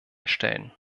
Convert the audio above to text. stellen